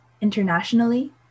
internationally